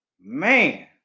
Man